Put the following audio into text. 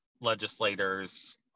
legislator's